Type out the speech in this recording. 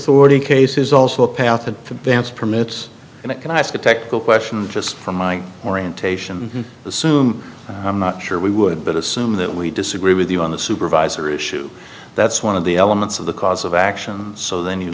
authority case is also a path to vance permits and it can ask a technical question just from my orientation the sume i'm not sure we would but assume that we disagree with you on the supervisor issue that's one of the elements of the cause of action so then you